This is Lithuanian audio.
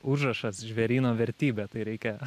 užrašas žvėryno vertybė tai reikia